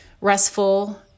restful